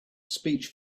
speech